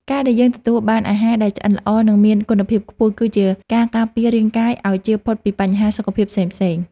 ការដែលយើងទទួលបានអាហារដែលឆ្អិនល្អនិងមានគុណភាពខ្ពស់គឺជាការការពាររាងកាយឱ្យជៀសផុតពីបញ្ហាសុខភាពផ្សេងៗ។